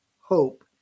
hope